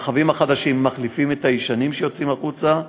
הרכבים החדשים מחליפים את הישנים שיוצאים מהשירות.